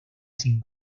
sin